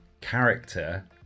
character